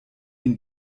ihn